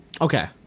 Okay